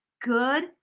good